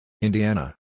Indiana